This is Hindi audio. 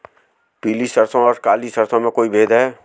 पीली सरसों और काली सरसों में कोई भेद है?